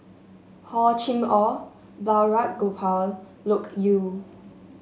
Hor Chim Or Balraj Gopal Loke Yew